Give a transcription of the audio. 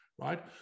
right